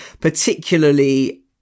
particularly